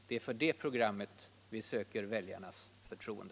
Det är för det programmet vi söker väljarnas förtroende.